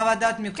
חוות דעת מקצועית.